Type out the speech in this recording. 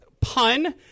PUN